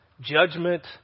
Judgment